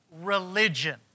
religion